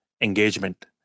engagement